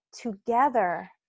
Together